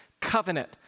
covenant